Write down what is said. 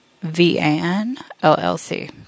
V-A-N-L-L-C